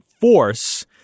force